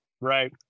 right